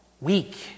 Weak